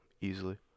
easily